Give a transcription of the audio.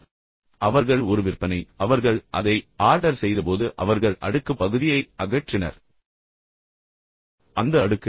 எனவே அவர்கள் ஒரு விற்பனை அவர்கள் அதை ஆர்டர் செய்தபோது அவர்கள் அடுக்கு பகுதியை அகற்றினர் அந்த அடுக்கு